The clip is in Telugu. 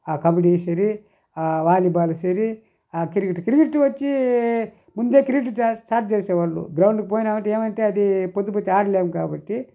ఆ కబడి సరి ఆ వాలీబాలు సరి ఆ క్రికెట్ క్రికెటు కూడా వచ్చి ముందే క్రికెటు స్టార్ట్ చేసేవాళ్ళు గ్రౌండ్కి పోయినావంటే ఏమంటే అది పొద్దుపోయి ఆడలేము కాబట్టి